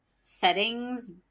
settings